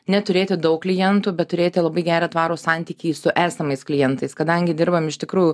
ne turėti daug klientų bet turėti labai gerą tvarų santykį su esamais klientais kadangi dirbam iš tikrųjų